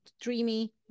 dreamy